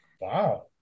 Wow